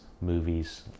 movies